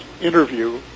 interview